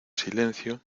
silencio